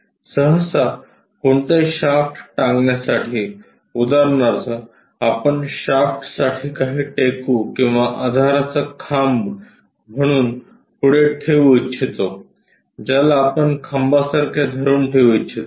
सहसा कोणताही शाफ्ट टांगण्यासाठी उदाहरणार्थ आपण शाफ्ट साठी काही टेकू किंवा आधाराचा खांब म्हणून पुढे ठेवू इच्छितो ज्याला आपण खांबासारखे धरून ठेवू इच्छितो